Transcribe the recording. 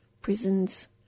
prisons